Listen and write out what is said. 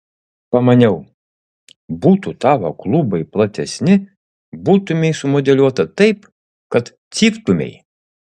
pamaniau būtų tavo klubai platesni būtumei sumodeliuota taip kad cyptumei